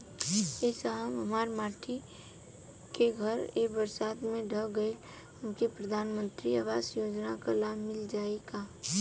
ए साहब हमार माटी क घर ए बरसात मे ढह गईल हमके प्रधानमंत्री आवास योजना क लाभ मिल जाई का?